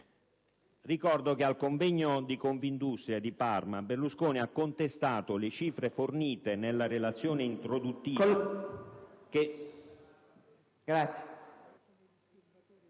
Ricordo che al convegno di Confindustria di Parma Berlusconi ha contestato le cifre fornite nella relazione introduttiva